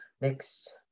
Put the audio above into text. Next